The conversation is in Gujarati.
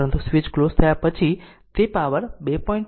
પરંતુ સ્વીચ ક્લોઝ કર્યા પછી તે પાવર પર 2